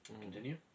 Continue